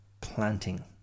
planting